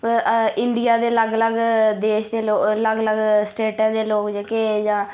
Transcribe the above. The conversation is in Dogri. इंडिया दे अलग अलग देश दे लोक अलग अलग स्टेटे दे लोक जेह्के जां बाकी